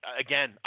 Again